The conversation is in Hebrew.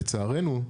לצערנו,